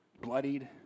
bloodied